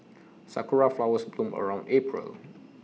Sakura Flowers bloom around April